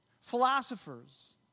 Philosophers